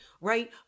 right